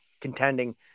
contending